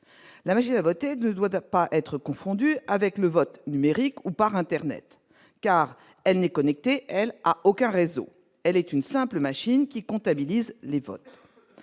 la magie a voté 2 doigts de pas être confondu avec le vote numérique ou par Internet, car elle n'est connecté L à aucun réseau, elle est une simple machine qui comptabilise les votes